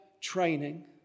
training